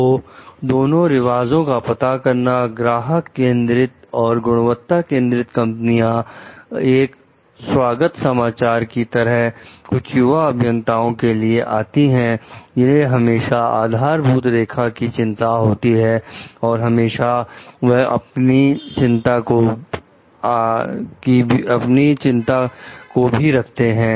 तो दोनों रिवाजों का पता करना ग्राहक केंद्रित और गुणवत्ता केंद्रित कंपनियां एक स्वागत समाचार की तरह कुछ युवा अभियंताओं के लिए आती हैं जिन्हें हमेशा आधारभूत रेखा की चिंता होती है और हमेशा वह अपनी चिंता को आ भी रखते हैं